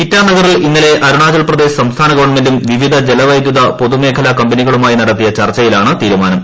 ഇറ്റാ നഗറിൽ ഇന്നലെ അരുണാചൽ പ്രദേശ് സംസ്ഥാന ഗവൺമെന്റും വിവിധ ജലവൈദ്യുത പൊതുമേഖലാ കമ്പനികളുമായി നടത്തിയ ചർച്ചയിലാണ് തീരുമാനം